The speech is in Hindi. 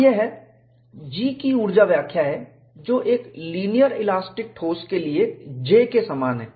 तो यह G की ऊर्जा व्याख्या है जो एक लीनियर इलास्टिक ठोस के लिए J के समान है